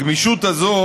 הגמישות הזו,